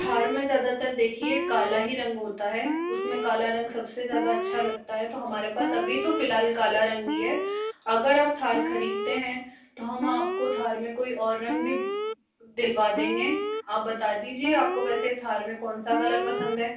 थार में ज़्यादातर देखिए काला ही रंग होता है उसमें काला रंग सबसे ज़्यादा अच्छा लगता है तो हमारे पास अभी तो फिलहाल काला रंग ही है अगर आप थार खरीदते हैं तो हम आपको थार में कोई और रंग भी दिलवा देंगे आप बात दीजिए आपको वेसे थार में कौन सा कलर पसंद है